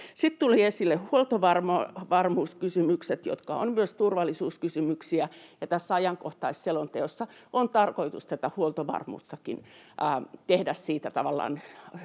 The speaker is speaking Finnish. Sitten tulivat esille huoltovarmuuskysymykset, jotka ovat myös turvallisuuskysymyksiä, ja tässä ajankohtaisselonteossa on tarkoitus huoltovarmuudestakin tehdä